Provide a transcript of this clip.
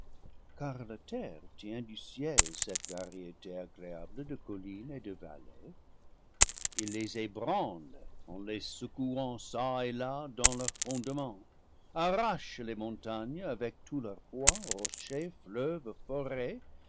car la terre fient du ciel cette variété agréable de col line et de vallée ils les ébranlent en les secouant çà et la dans leurs fondements arrachent les montagnes avec tout leur poids rochers fleuves